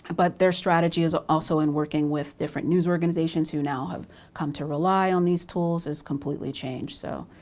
but their strategy is ah also in working with different news organizations who now have come to rely on these tools has completely changed. so,